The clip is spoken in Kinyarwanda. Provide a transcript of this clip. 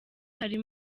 hari